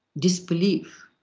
disbelief.